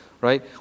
right